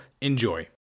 enjoy